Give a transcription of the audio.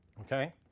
okay